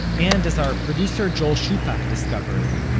and as our producer joel shupack discovered,